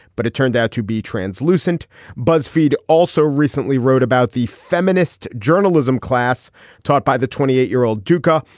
but it turned out to be translucent buzzfeed also recently wrote about the feminist journalism class taught by the twenty eight year old duka.